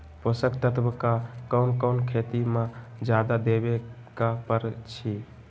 पोषक तत्व क कौन कौन खेती म जादा देवे क परईछी?